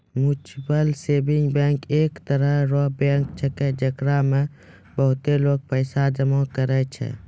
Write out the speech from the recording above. mutual saving bank एक तरह रो बैंक छैकै, जेकरा मे बहुते लोगें पैसा जमा करै छै